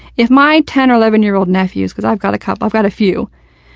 if my ten or eleven-year-old nephews because i've got a couple i've got a few,